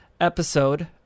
episode